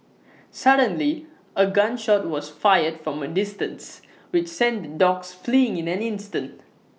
suddenly A gun shot was fired from A distance which sent the dogs fleeing in an instant